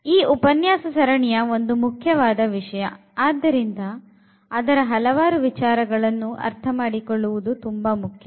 ಈ ಉಪನ್ಯಾಸ ಸರಣಿಯ ಒಂದು ಮುಖ್ಯವಾದ ವಿಷಯ ಆದ್ದರಿಂದ ಅದರ ಹಲವಾರು ವಿಚಾರಗಳನ್ನು ಅರ್ಥಮಾಡಿಕೊಳ್ಳುವುದು ತುಂಬಾ ಮುಖ್ಯ